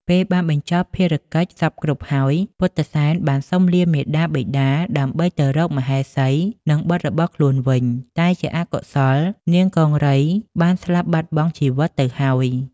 ពេលបានបញ្ចប់ភារកិច្ចសព្វគ្រប់ហើយ ពុទ្ធិសែនបានសុំលាមាតាបិតាដើម្បីទៅរកមហេសី និងបុត្ររបស់ខ្លួនវិញ តែជាអកុសលនាងកង្រីបានស្លាប់បាត់បង់ជីវិតទៅហើយ។